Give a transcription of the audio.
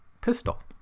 pistol